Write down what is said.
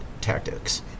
tactics